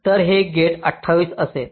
तर हे गेट 28 असेल